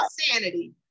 sanity